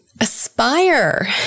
aspire